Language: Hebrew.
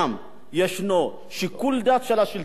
ישנו שיקול דעת של השלטון בעצם,